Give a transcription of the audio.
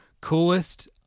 coolest